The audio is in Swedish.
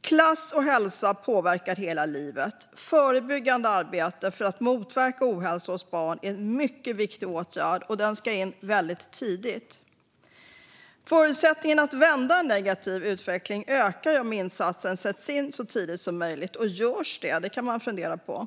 Klass och hälsa påverkar hela livet. Förebyggande arbete för att motverka ohälsa hos barn är en mycket viktig åtgärd, och den ska in väldigt tidigt. Förutsättningen att vända en negativ utveckling ökar om insatsen sätts in så tidigt som möjligt. Görs det? Det kan man fundera på.